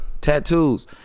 Tattoos